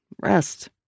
rest